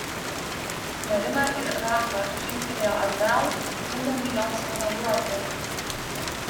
marina ir rafa žingtelėjo atgal ketindami joms pamojuoti